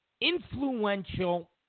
influential